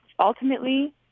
Ultimately